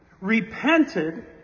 repented